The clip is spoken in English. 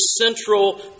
central